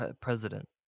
president